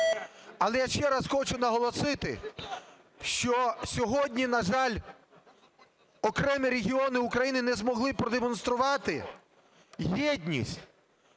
Але я ще раз хочу наголосити, що сьогодні, на жаль, окремі регіони України не змогли продемонструвати єдність